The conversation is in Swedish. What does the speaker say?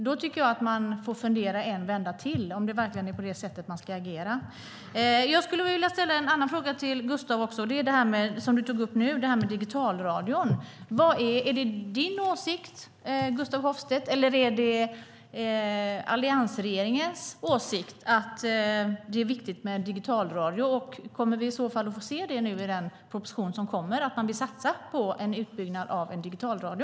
Då tycker jag att man får fundera en vända till, om det verkligen är på det sättet man ska agera. Jag skulle vilja ställa en annan fråga till Gustaf också. Du tog upp digitalradion. Är det din åsikt, Gustaf Hoffstedt, eller är det alliansregeringens åsikt att det är viktigt med digitalradio, och kommer vi i så fall att få se i den proposition som kommer att man vill satsa på en utbyggnad av digitalradio?